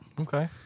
Okay